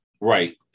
Right